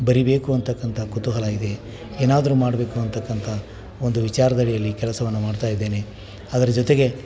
ಬರೀಬೇಕು ಅನ್ತಕ್ಕಂಥ ಕುತೂಹಲ ಇದೆ ಏನಾದರೂ ಮಾಡಬೇಕು ಅನ್ತಕ್ಕಂಥ ಒಂದು ವಿಚಾರರ್ದ ಅಡಿಯಲ್ಲಿ ಕೆಲಸವನ್ನು ಮಾಡ್ತಾ ಇದ್ದೇನೆ ಅದ್ರ ಜೊತೆಗೆ